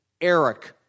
Eric